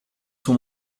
suo